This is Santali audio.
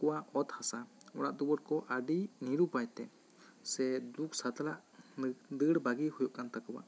ᱟᱠᱚᱣᱟᱜ ᱚᱛ ᱦᱟᱥᱟ ᱚᱲᱟᱜ ᱫᱩᱭᱟᱹᱨ ᱠᱚ ᱟᱹᱰᱤ ᱱᱤᱨᱩᱯᱟᱭ ᱛᱮ ᱥᱮ ᱫᱩᱠ ᱥᱟᱛᱞᱟᱜ ᱫᱟᱹᱲ ᱵᱟᱹᱜᱤ ᱦᱩᱭᱩᱜ ᱠᱟᱱ ᱛᱟᱠᱚᱣᱟ